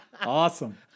Awesome